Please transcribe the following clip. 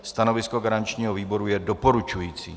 Stanovisko garančního výboru je doporučující.